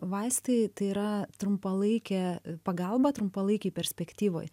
vaistai tai yra trumpalaikė pagalba trumpalaikėj perspektyvoj